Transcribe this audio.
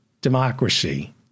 democracy